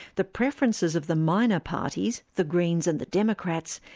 the preferences of the minor parties, the greens and the democrats,